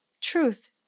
truth